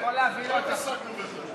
לא התעסקנו בזה עוד.